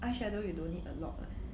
eyeshadow you don't need a lot [what]